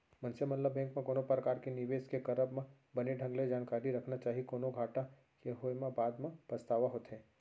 मनसे मन ल बेंक म कोनो परकार के निवेस के करब म बने ढंग ले जानकारी रखना चाही, कोनो घाटा के होय म बाद म पछतावा होथे